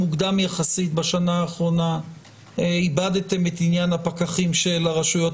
מוקדם יחסית בשנה האחרונה איבדתם את עניין הפקחים של הרשויות